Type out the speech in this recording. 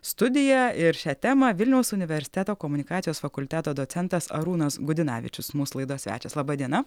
studiją ir šią temą vilniaus universiteto komunikacijos fakulteto docentas arūnas gudinavičius mūsų laidos svečias laba diena